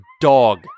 dog